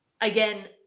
again